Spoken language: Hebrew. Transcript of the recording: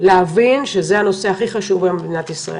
להבין שזה הנושא הכי חשוב היום במדינת ישראל.